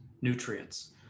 nutrients